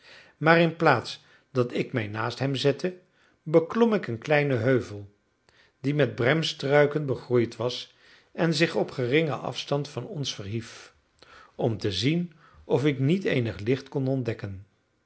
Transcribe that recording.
maar in plaats dat ik mij naast hem zette beklom ik een kleinen heuvel die met bremstruiken begroeid was en zich op geringen afstand van ons verhief om te zien of ik niet eenig licht kon ontdekken